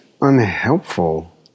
unhelpful